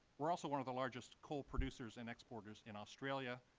we are also one of the largest coal producers and exporters in australia,